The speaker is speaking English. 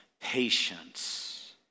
patience